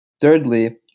Thirdly